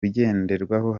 bigenderwaho